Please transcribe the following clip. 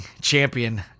champion